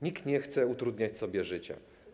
Nikt nie chce utrudniać sobie życia.